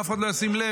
ואף אחד לא ישים לב.